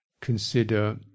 consider